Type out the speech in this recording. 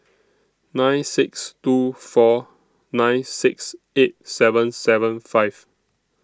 nine six two four nine six eight seven seven five